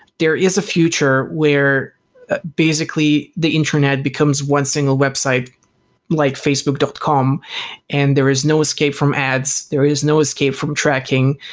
there is a future where basically the internet becomes one single website like facebook dot com and there is no escape from ads. there is no escape from tracking.